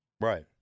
right